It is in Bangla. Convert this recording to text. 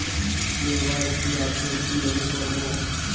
কে.ওয়াই.সি আপডেট কিভাবে করবো?